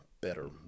better